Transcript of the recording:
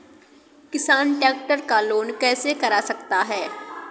किसान ट्रैक्टर का लोन कैसे करा सकता है?